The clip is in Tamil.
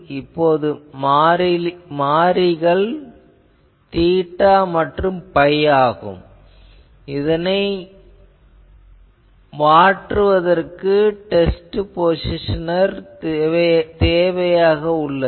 இப்போது மாறிகள் தீட்டா மற்றும் phi ஆகவே இதனை மாற்றுவதற்கு டெஸ்ட் பொசிசனர் தேவையாக உள்ளது